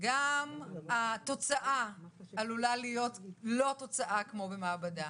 גם התוצאה עלולה להיות לא תוצאה כמו במעבדה,